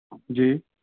ਜੀ